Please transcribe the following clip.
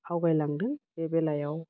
आवगायलांदों बे बेलायाव